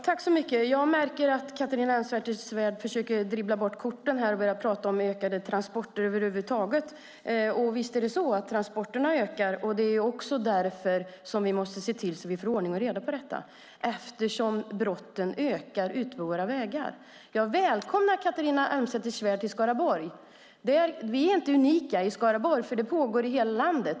Herr talman! Jag märker att Catharina Elmsäter-Svärd försöker dribbla bort korten och talar om en ökad mängd transporter. Visst ökar mängden transporter. Det är också därför vi måste få ordning och reda i frågan eftersom mängden brott ökar utefter våra vägar. Jag välkomnar Catharina Elmsäter-Svärd till Skaraborg. Vi är inte unika i Skaraborg. Det här är något som finns över hela landet.